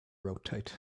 rotate